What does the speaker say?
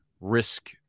risk